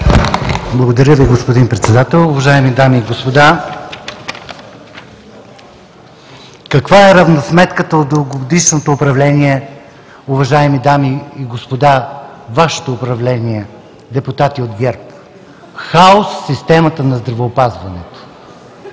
Благодаря Ви, господин Председател. Уважаеми дами и господа! Каква е равносметката от дългогодишното управление, уважаеми дами и господа, Вашето управление, депутати от ГЕРБ? Хаос в системата на здравеопазването.